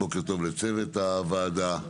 בוקר טוב לצוות הוועדה,